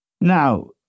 Now